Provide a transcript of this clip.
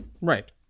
Right